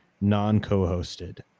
non-co-hosted